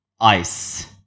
ice